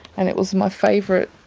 and it was my favourite,